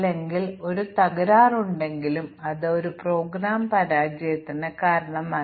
അവർ ഇതുപോലുള്ള പ്രോഗ്രാമുകൾ എഴുതുന്നില്ല